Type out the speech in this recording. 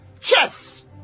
Chess